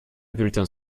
bulletin